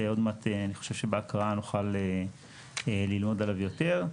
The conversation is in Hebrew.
שעוד מעט אני חושב שבהקראה נוכל ללמוד עליו יותר.